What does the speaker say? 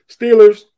Steelers